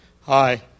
hi